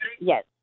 Yes